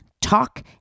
talk